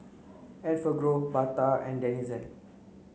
Enfagrow Bata and Denizen